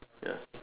ya